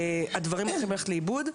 הדברים הולכים לאיבוד,